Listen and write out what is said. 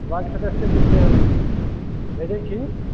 ward सदस्य कऽ जे छै भेजैत छी